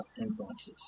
influences